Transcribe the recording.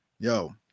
yo